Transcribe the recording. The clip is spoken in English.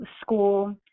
school